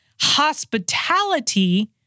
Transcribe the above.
hospitality